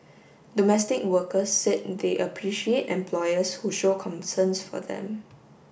domestic workers said they appreciate employers who show concerns for them